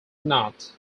not